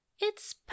It's